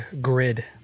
grid